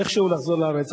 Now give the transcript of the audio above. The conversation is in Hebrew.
איכשהו לחזור לארץ.